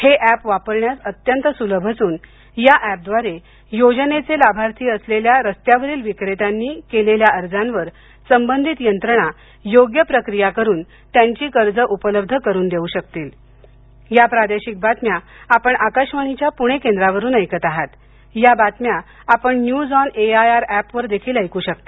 हे अॅप वापरण्यास अत्यंत सुलभ असून त्या एपद्वारे योजनेचे लाभार्थी असलेल्या रस्त्यावरील विक्रेत्यांनी केलेल्या अर्जांवर संबंधित यंत्रणा योग्य प्रक्रिया करून त्यांची कर्ज उपलब्ध करून देऊ शकतील या बातम्या आपण न्यूज ऑन एआयआर ऍपवर देखील ऐकू शकता